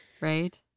Right